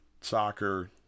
soccer